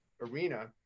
arena